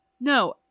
no